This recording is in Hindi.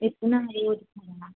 इतनी रोड ख़राब